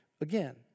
again